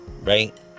right